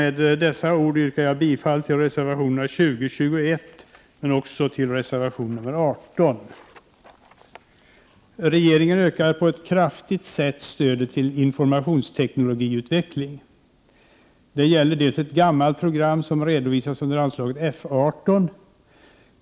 Med dessa ord yrkar jag bifall till reservationerna 20 och 21 men också till reservation 18. Regeringen ökar på ett kraftigt sätt stödet till informationsteknologiutveckling. Delvis gäller det ett gammalt projekt som redovisas under anslaget F 18.